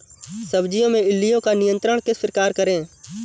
सब्जियों में इल्लियो का नियंत्रण किस प्रकार करें?